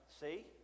See